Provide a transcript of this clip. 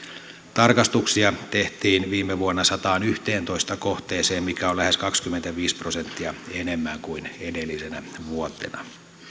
tarkastuksia tehtiin viime vuonna sadanteenyhdenteentoista kohteeseen mikä on lähes kaksikymmentäviisi prosenttia enemmän kuin edellisenä vuotena